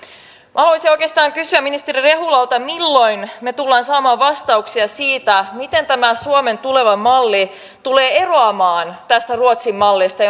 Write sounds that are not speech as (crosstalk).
haluaisin oikeastaan kysyä ministeri rehulalta milloin me tulemme saamaan vastauksia siihen miten tämä suomen tuleva malli tulee eroamaan tästä ruotsin mallista (unintelligible)